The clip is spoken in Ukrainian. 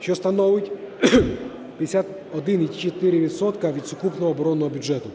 що становить 51,4 відсотка від сукупного оборонного бюджету.